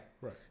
Right